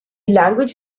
language